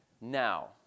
now